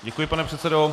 Děkuji, pane předsedo.